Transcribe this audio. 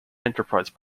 enterprise